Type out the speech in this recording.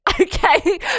Okay